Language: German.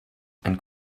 ein